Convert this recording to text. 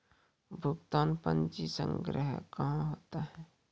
भुगतान पंजी संग्रह कहां होता हैं?